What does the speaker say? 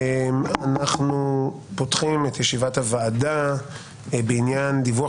אנחנו פותחים את ישיבת הוועדה בעניין דיווח